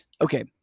Okay